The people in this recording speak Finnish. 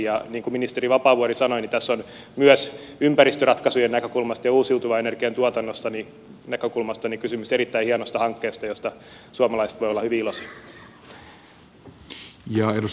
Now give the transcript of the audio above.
niin kuin ministeri vapaavuori sanoi tässä on myös ympäristöratkaisujen näkökulmasta ja uusiutuvan energian tuotannon näkökulmasta kysymys erittäin hienosta hankkeesta josta suomalaiset voivat olla hyvin iloisia